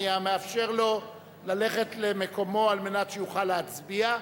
אני מאפשר לו ללכת למקומו כדי שיוכל להצביע,